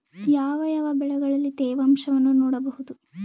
ಯಾವ ಯಾವ ಬೆಳೆಗಳಲ್ಲಿ ತೇವಾಂಶವನ್ನು ನೋಡಬಹುದು?